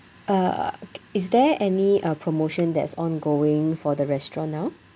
uh is there any uh promotion that's ongoing for the restaurant now